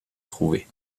trouvées